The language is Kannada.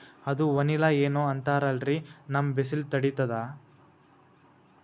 ಅದು ವನಿಲಾ ಏನೋ ಅಂತಾರಲ್ರೀ, ನಮ್ ಬಿಸಿಲ ತಡೀತದಾ?